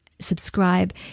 subscribe